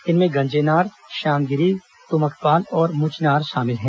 इनमें गंजेनार श्यामगिरी तुमकपाल और मुचनार शामिल हैं